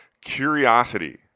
curiosity